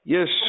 Yes